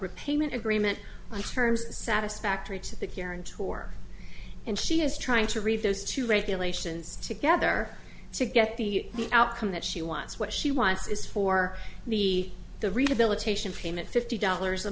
repayment agreement by terms satisfactory to the guarantor and she is trying to read those two regulations together to get the outcome that she wants what she wants is for the the rehabilitation payment fifty dollars a